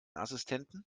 assistenten